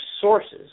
sources